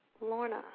Lorna